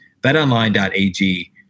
BetOnline.ag